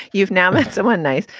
you've now met someone nice,